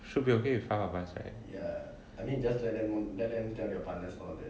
should be okay with five of us right